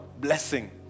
blessing